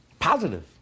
Positive